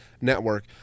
network